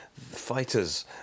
fighters